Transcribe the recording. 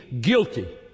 Guilty